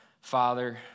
Father